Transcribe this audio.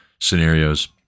scenarios